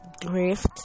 drift